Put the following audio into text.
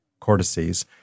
cortices